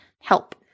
Help